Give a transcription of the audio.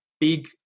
big